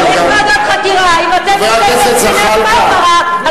חבר הכנסת זחאלקה.